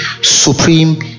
supreme